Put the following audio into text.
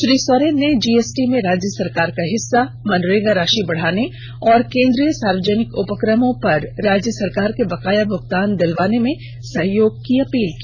श्री सोरेन ने जीएसटी में राज्य सरकार का हिस्सा मनरेगा राषि बढ़ाने और केंद्रीय सार्वजनिक उपकमों पर राज्य सरकार के बकाया भुगतान दिलवाने में सहयोग की अपील की